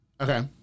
okay